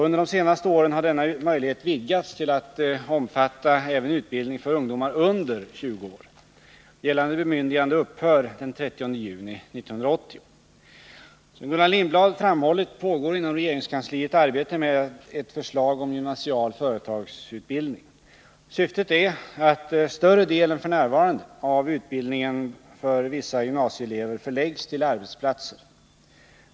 Under de senaste åren har denna möjlighet vidgats till att omfatta även utbildning för ungdomar under 20 år. Gällande bemyndigande upphör den 30 juni 1980. Som Gullan Lindblad framhållit pågår inom regeringskansliet arbete med ett förslag om gymnasial företagsutbildning. Syftet är att större del än f. n. av utbildningen för vissa gymnasieelever förläggs till arbetsplatser.